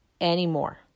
anymore